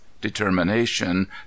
determination